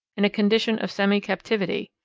in a condition of semi-captivity.